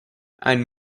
and